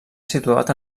situat